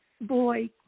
boy